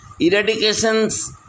eradications